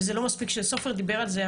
וזה לא מספיק שסופר דיבר על זה.